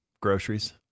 groceries